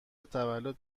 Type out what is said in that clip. تولد